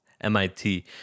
MIT